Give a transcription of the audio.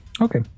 Okay